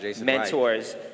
mentors